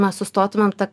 mes sustotumėm ta